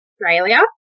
Australia